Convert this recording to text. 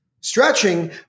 stretching